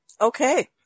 Okay